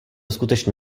skutečně